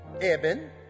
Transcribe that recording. Eben